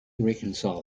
reconcile